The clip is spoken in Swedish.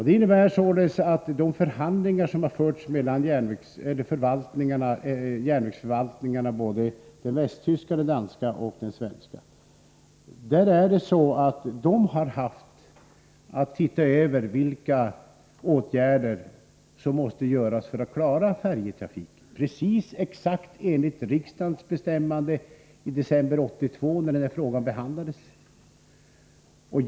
Det innebär att de förhandlingar som förts mellan järnvägsförvaltningarna i Västtyskland, Danmark och Sverige har syftat till att man skall komma fram till vilka åtgärder som måste vidtas för att vi skall klara färjetrafiken enligt riksdagens beslut i december 1982.